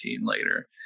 later